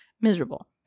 Miserable